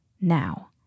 now